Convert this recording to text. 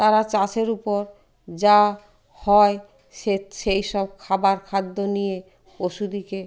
তারা চাষের উপর যা হয় সে সেই সব খাবার খাদ্য নিয়ে পশুদিকে